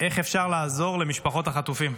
איך אפשר לעזור למשפחות החטופים,